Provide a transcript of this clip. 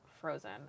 frozen